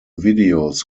videos